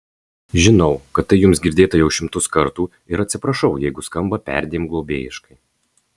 žinau kad tai jums girdėta jau šimtus kartų ir atsiprašau jeigu skamba perdėm globėjiškai